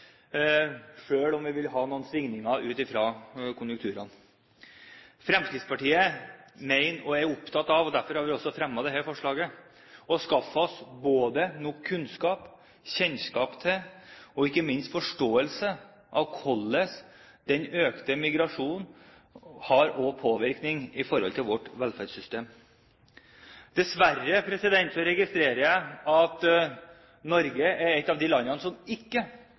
om vi vil ha noen svingninger, ut fra konjunkturene. Fremskrittspartiet mener og er opptatt av – derfor har vi også fremmet dette forslaget – at vi må skaffe oss både kunnskap om, kjennskap til og ikke minst forståelse av hvorledes den økte migrasjonen har påvirkning på vårt velferdssystem. Dessverre registrerer jeg at Norge er et av de landene som ikke